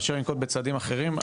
מאשר לנקוט בצעדים אחרים.